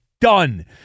done